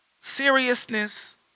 seriousness